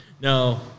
No